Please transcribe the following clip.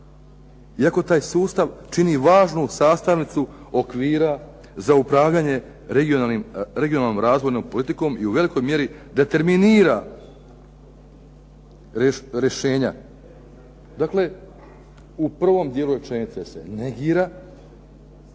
iako taj sustav čini važnu sastavnicu okvira za upravljanje regionalnom razvojnom politikom i u velikoj mjeri determinira rješenja. Dakle, u prvom dijelu rečenice se negira